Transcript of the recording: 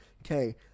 Okay